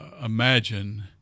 imagine